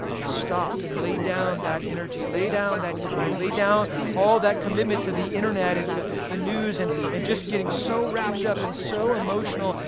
to stop and lay down that energy. lay down that time. lay down all that commitment to the internet and to the news, and and just getting so wrapped up and so emotional,